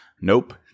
nope